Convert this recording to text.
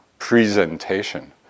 presentation